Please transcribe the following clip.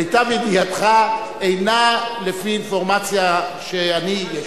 מיטב ידיעתך אינה לפי אינפורמציה שלי יש.